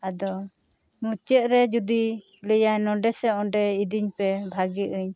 ᱟᱫᱚ ᱢᱩᱪᱟᱹᱫ ᱨᱮ ᱡᱩᱫᱤ ᱞᱟᱹᱭᱟᱭ ᱱᱚᱱᱰᱮ ᱥᱮ ᱚᱸᱰᱮ ᱤᱫᱤᱧᱯᱮ ᱵᱷᱟᱜᱮᱜᱼᱟᱹᱧ